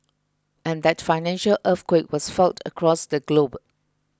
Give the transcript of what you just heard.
and that financial earthquake was felt across the globe